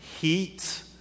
heat